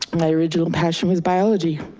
my original passion was biology.